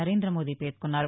నరేంద్రమోదీ పేర్కొన్నారు